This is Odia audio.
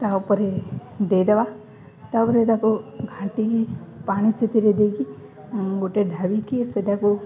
ତାପରେ ଦେଇଦେବା ତାପରେ ତାକୁ ଘାଣ୍ଟିକି ପାଣି ସେଥିରେ ଦେଇକି ଗୋଟେ ଢାବିକି ସେଟାକୁ